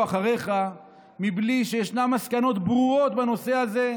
אחריך בלי שיש מסקנות ברורות בנושא הזה,